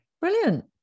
brilliant